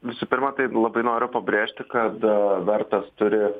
visų pirma tai labai noriu pabrėžti kada vertas turi